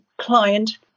client